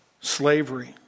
slavery